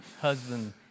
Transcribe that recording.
husband